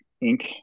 ink